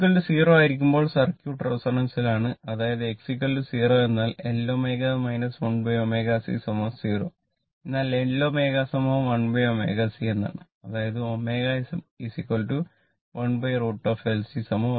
X0 ആയിരിക്കുമ്പോൾ circuit റെസൊണൻസിലാണ് അതായത് X0 എന്നാൽ L ω 1ω C0 എന്നാൽ L ω1ω C എന്നാണ് അതായത് ω 1√ L Cω0